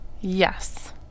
Yes